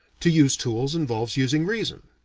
to use tools involves using reason,